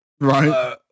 Right